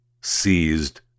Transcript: seized